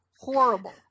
horrible